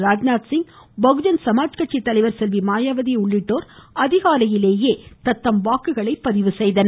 ராஜ்நாத்சிங் பகுஜன் சமாஜ் கட்சித்தலைவர் செல்வி மாயாவதி உள்ளிட்டோர் அதிகாலையிலேயே தங்கள் வாக்குகளை பதிவு செய்தனர்